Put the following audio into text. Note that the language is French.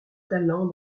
talents